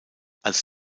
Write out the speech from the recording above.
als